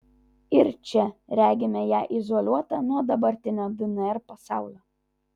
ir čia regime ją izoliuotą nuo dabartinio dnr pasaulio